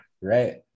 right